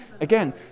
again